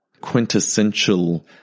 quintessential